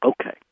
Okay